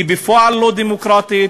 היא בפועל לא דמוקרטית.